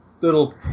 little